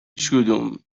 هیچدوم